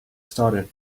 started